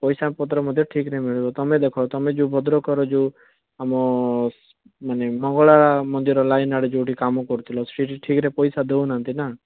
ପଇସାପତ୍ର ମଧ୍ୟ ଠିକ୍ ରେ ମିଳିବ ତମେ ଦେଖ ତମେ ଯଉ ଭଦ୍ରକର ଯଉ ଆମ ମାନେ ମଙ୍ଗଳା ମନ୍ଦିର ଲାଇନ୍ ଆଡ଼େ ଯଉଠି କାମ କରୁଥିଲ ସେଇଠି ଠିକ୍ ରେ ପଇସା ଦେଉନାହାନ୍ତି ନା